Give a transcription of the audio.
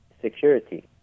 security